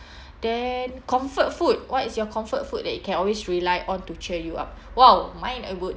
then comfort food what is your comfort food that you can always rely on to cheer you up !wow! mine uh would